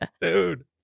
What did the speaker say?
dude